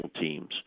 teams